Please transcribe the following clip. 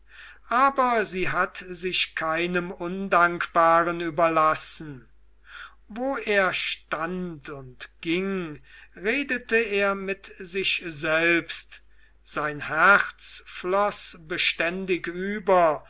aber sie hat sich keinem undankbaren überlassen wo er stand und ging redete er mit sich selbst sein herz floß beständig über